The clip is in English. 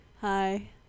Hi